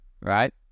right